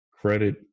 credit